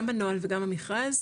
גם בנוהל וגם המכרז,